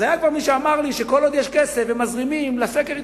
אז היה כבר מי שאמר לי שכל עוד יש כסף ומזרימים לסקר ההיתכנות,